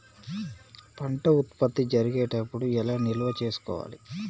పంట ఉత్పత్తి జరిగేటప్పుడు ఎలా నిల్వ చేసుకోవాలి?